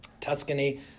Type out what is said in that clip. Tuscany